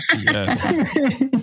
Yes